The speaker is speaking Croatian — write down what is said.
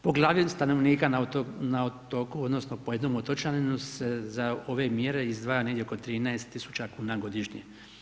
Po glavi stanovnika na otoku odnosno po jednom otočaninu se za ove mjere izdvaja negdje oko 13.000 kn godišnje.